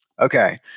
Okay